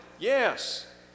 Yes